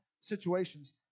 situations